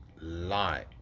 lie